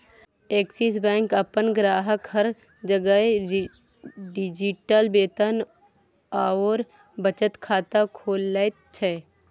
axis bank अपन ग्राहकक घर जाकए डिजिटल वेतन आओर बचत खाता खोलैत छै